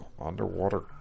underwater